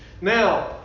Now